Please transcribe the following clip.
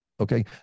Okay